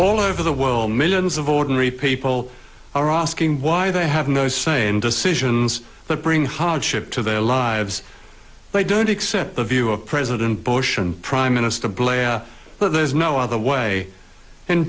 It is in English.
all over the world millions of ordinary people are asking why they have no say in decisions that bring hardship to their lives they don't accept the view of president bush and prime minister blair but there's no other way in